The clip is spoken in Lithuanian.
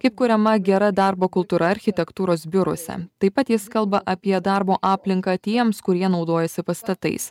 kaip kuriama gera darbo kultūra architektūros biuruose taip pat jis kalba apie darbo aplinką tiems kurie naudojasi pastatais